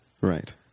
Right